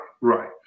right